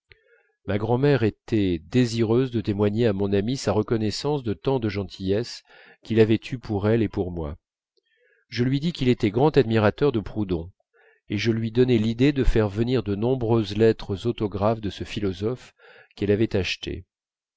ma grand'mère était désireuse de témoigner à mon ami sa reconnaissance de tant de gentillesses qu'il avait eues pour elle et pour moi je lui dis qu'il était grand admirateur de proudhon et je lui donnai l'idée de faire venir de nombreuses lettres autographes de ce philosophe qu'elle avait achetées